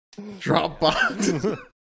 Dropbox